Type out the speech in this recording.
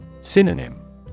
Synonym